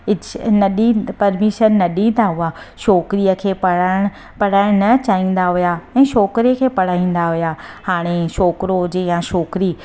इच्छ न ॾींद परमीशन न ॾींदा हुआ छोकिरीअ खे पढ़ण पढ़ाइण न चाहींदा हुया ऐं छोकिरे खे पढ़ाईंदा हुया हाणे छोकिरो हुजे या छोकिरी